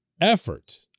effort